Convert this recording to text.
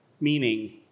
meaning